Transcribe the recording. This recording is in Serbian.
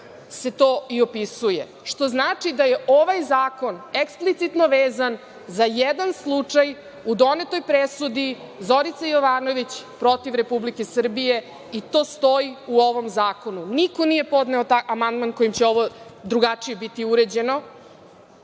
se to i opisuje, što znači da je ovaj zakon eksplicitno vezan za jedan slučaj u donetoj presudi Zorice Jovanović protiv Republike Srbije i to stoji u ovom zakonu. Niko nije podneo amandman kojim će ovo drugačije biti uređeno. Dakle,